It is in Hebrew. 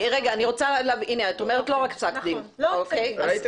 לא רק פסק דין.